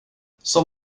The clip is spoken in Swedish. som